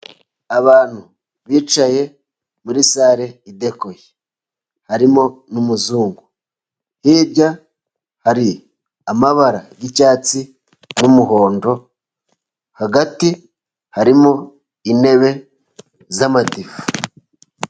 Abantu bicaye muri sale idekoye harimo n'umuzungu hirya hari amabara y'icyatsi n'umuhondo hagati harimo intebe z'amadivu.